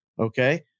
Okay